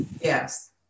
Yes